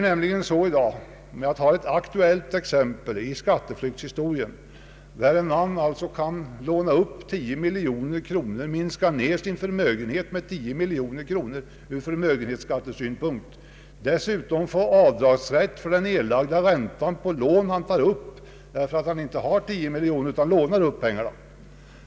Jag kan anföra ett aktuellt exempel i frågan om skatteflykt. En man kan låna 10 miljoner kronor och därmed minska sin förmögenhet med denna summa ur förmögenhetsskattesynpunkt. Han får avdragsrätt för den erlagda räntan därför att han inte har 10 miljoner kronor utan måste låna upp pengarna.